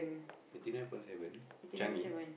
thirty nine point seven Changi